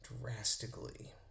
drastically